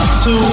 two